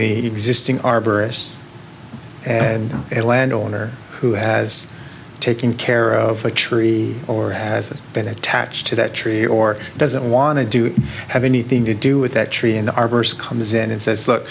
the existing arborists and a landowner who has taken care of a tree or has been attached to that tree or doesn't want to do have anything to do with that tree in the arbors comes in and says look